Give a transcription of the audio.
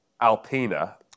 Alpina